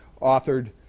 authored